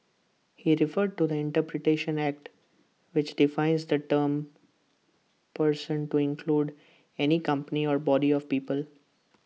he referred to the interpretation act which defines the term person to include any company or body of people